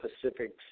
Pacific